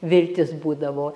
viltis būdavo